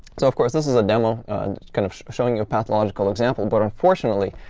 so, of course, this is a demo kind of showing you a pathological example. but unfortunately,